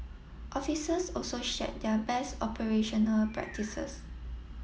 officers also shared their best operational practices